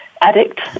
addict